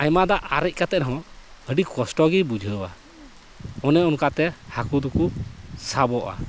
ᱟᱭᱢᱟ ᱫᱟᱜ ᱟᱨᱮᱡ ᱠᱟᱛᱮᱜ ᱨᱮᱦᱚᱸ ᱟᱹᱰᱤ ᱠᱚᱥᱴᱚ ᱜᱮᱭ ᱵᱩᱡᱷᱟᱹᱣᱟ ᱚᱱᱮ ᱚᱱᱠᱟᱛᱮ ᱦᱟᱹᱠᱩ ᱫᱚᱠᱚ ᱥᱟᱵᱚᱜᱼᱟ